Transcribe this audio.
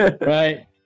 Right